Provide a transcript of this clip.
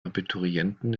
abiturienten